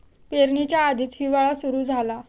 पेरणीच्या आधीच हिवाळा सुरू झाला